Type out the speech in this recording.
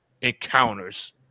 encounters